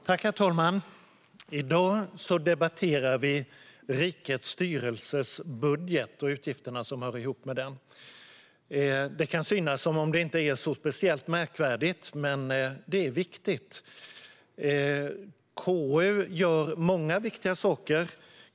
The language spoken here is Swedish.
Herr talman! I dag debatterar vi rikets styrelses budget och de utgifter som hör ihop med den. Det kan synas som att detta inte är speciellt märkvärdigt, men det är viktigt. KU gör många viktiga saker.